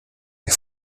wie